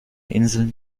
inseln